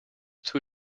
too